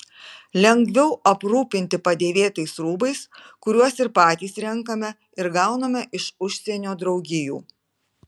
lengviau aprūpinti padėvėtais rūbais kuriuos ir patys renkame ir gauname iš užsienio draugijų